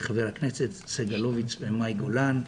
ח"כ סגלוביץ ומאי גולן,